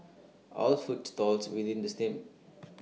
all food stalls within the same